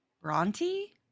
Bronte